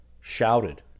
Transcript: shouted